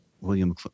William